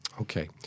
Okay